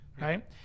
right